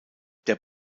der